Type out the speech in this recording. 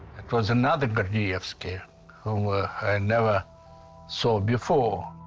it was another gordievsky whom i never saw before.